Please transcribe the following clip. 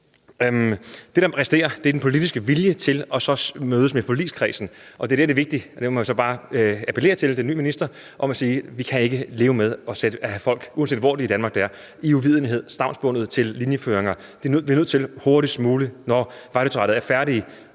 Det, der resterer, er den politiske vilje til så at mødes i forligskredsen, og det er der, det er vigtigt – og der må jeg så bare appellere til den nye minister – at sige: Vi kan ikke leve med at holde folk, uanset hvor i Danmark det er, i uvidenhed, stavnsbundet til linjeføringer; vi er nødt til hurtigst muligt, når Vejdirektoratet er færdige,